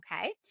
okay